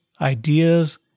ideas